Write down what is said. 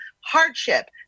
hardship